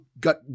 got